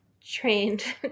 trained